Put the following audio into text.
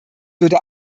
würde